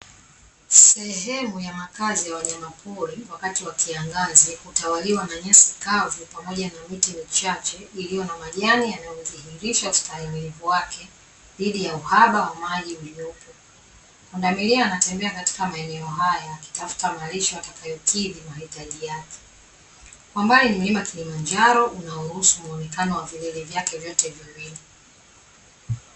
Sehemu ya makazi ya wanyamapori wakati wa kiangazi hutawaliwa na nyasi kavu pamoja na miti michache iliyo na majani yanayodhihirisha ustahamilivu wake dhidi ya uhaba wa maji uliopo, pundamilia anatembea katika maeneo haya akitafuta malisho yatakayokidhi mahitaji yake kwa mbali ni mlima kilimanjaro unawaruhusu muonekano wa vilili vyake vyote viwili.